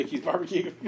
Barbecue